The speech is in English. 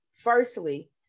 Firstly